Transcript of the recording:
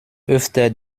öfter